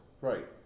Right